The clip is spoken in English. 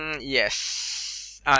Yes